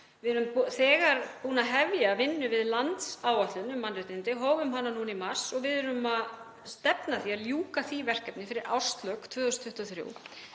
Við höfum þegar hafið vinnu við landsáætlun um mannréttindi, hófum hana núna í mars, og við erum að stefna að því að ljúka því verkefni fyrir árslok 2023.